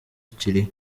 kirihe